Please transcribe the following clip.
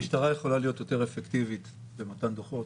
המשטרה יכולה להיות יותר אפקטיבית במתן דוחות,